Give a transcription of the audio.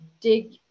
dig